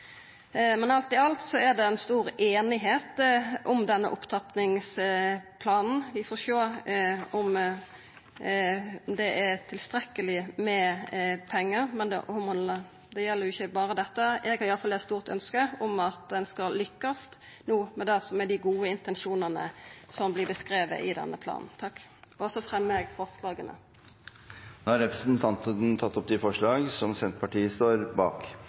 Men alt i alt er det stor einigheit om denne opptrappingsplanen. Vi får sjå om det er tilstrekkeleg med pengar, men det gjeld jo ikkje berre dette. Eg har i alle fall eit stort ønske om at ein skal lykkast no med det som er dei gode intensjonane som vert beskrivne i denne planen. Eg tar opp forslaga som Senterpartiet står bak